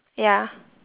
ya